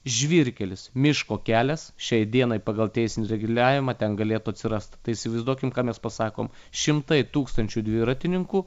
žvyrkelis miško kelias šiai dienai pagal teisinį reguliavimą ten galėtų atsirast tai įsivaizduokim ką mes pasakom šimtai tūkstančių dviratininkų